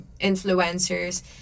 influencers